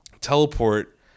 teleport